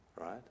right